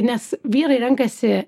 nes vyrai renkasi